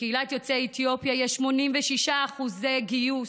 בקהילת יוצאי אתיופיה יש 86% גיוס,